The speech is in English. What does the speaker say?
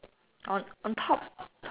on on top